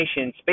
space